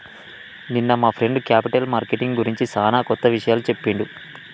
నిన్న మా friend capital marketing గురించి సానా కొత్త విషయాలు చెప్పిండు